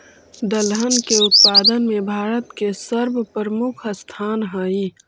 दलहन के उत्पादन में भारत के सर्वप्रमुख स्थान हइ